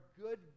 good